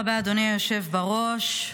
היושב-ראש.